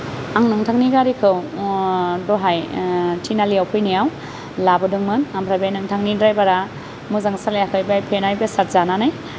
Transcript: आं नोंथांनि गारिखौ दहाय थिनआलिआव फैनायाव लाबोदोंमोन ओमफ्राय बे नोंथांनि द्रायभारा मोजां सालायाखै बाय फेनाय बेसाद जानानै